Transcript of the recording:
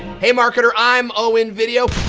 hey marketer, i'm owen video.